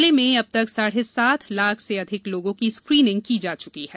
जिले में अब तक साढ़े सात लाख से अधिक लोगों की स्क्रीनिंग की जा चुकी है